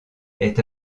est